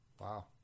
Wow